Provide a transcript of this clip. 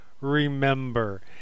remember